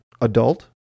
adult